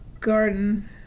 garden